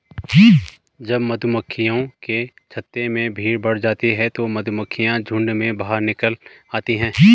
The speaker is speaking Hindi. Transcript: जब मधुमक्खियों के छत्ते में भीड़ बढ़ जाती है तो मधुमक्खियां झुंड में बाहर निकल आती हैं